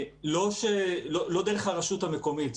לא דרך הרשות המקומית.